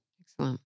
Excellent